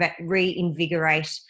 reinvigorate